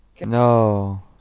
No